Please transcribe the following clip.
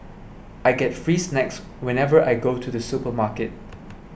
I get free snacks whenever I go to the supermarket